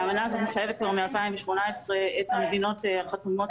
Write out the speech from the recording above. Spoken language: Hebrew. האמנה הזאת מחייבת כבר מ-2018 את המדינות החתומות